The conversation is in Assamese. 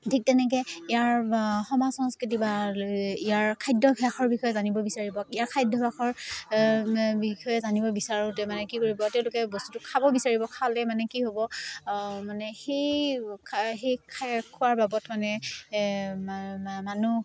ঠিক তেনেকে ইয়াৰ সমাজ সংস্কৃতি বা ইয়াৰ খাদ্যভ্যাসৰ বিষয়ে জানিব বিচাৰিব ইয়াৰ খাদ্যভ্যাসৰ বিষয়ে জানিব বিচাৰোঁতে মানে কি কৰিব তেওঁলোকে বস্তুটো খাব বিচাৰিব খালে মানে কি হ'ব মানে সেই খাই খোৱাৰ বাবত মানে মানুহ